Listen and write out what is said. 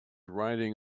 riding